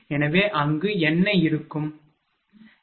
எனவே அங்கு என்ன இருக்கும் சரி